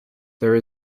there